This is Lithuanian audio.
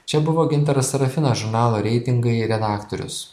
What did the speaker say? čia buvo gintaras serafinas žurnalo reitingai redaktorius